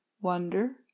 wonder